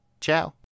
ciao